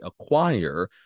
acquire